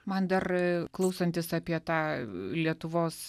man dar klausantis apie tą lietuvos